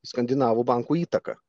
skandinavų bankų įtaką